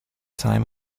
time